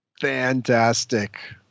Fantastic